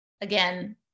again